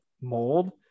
mold